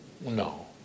No